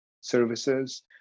services